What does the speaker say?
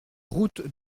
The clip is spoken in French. route